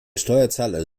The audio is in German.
steuerzahler